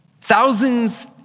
Thousands